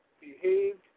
behaved